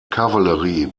kavallerie